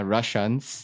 Russians